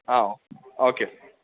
ആ ഓക്കെ